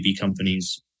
companies